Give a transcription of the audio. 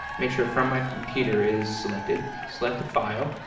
make sure from my computer is selected. select the file.